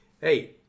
Hey